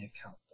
account